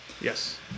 Yes